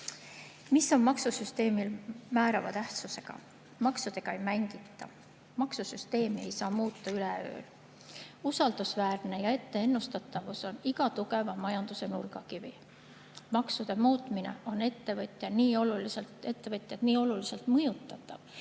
Mis on maksusüsteemi puhul määrava tähtsusega? Maksudega ei mängita. Maksusüsteemi ei saa muuta üleöö. Usaldusväärsus ja etteennustatavus on iga tugeva majanduse nurgakivi. Maksude muutmine on ettevõtjaid nii oluliselt mõjutav,